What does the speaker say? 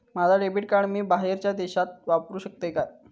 माझा debit card मी बाहेरच्या देशात वापरू शकतय काय?